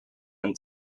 have